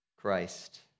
Christ